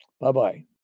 Bye-bye